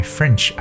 French